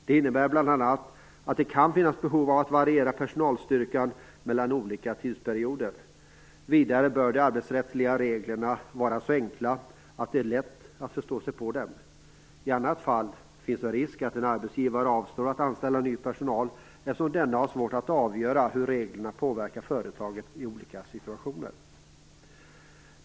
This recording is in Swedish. Det innebär bl.a. att det kan finnas behov av att ha varierad personalstyrka vid olika tidsperioder. Vidare bör de arbetsrättsliga reglerna vara så enkla att det är lätt att förstå sig på dem. I annat fall finns det en risk för att en arbetsgivare avstår från att anställa ny personal, eftersom denne har svårt att avgöra hur reglerna påverkar företaget i olika situationer.